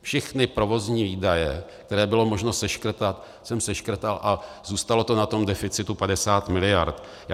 Všechny provozní výdaje, které bylo možno seškrtat, jsem seškrtal a zůstalo to na tom deficitu 50 mld.